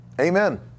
Amen